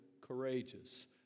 courageous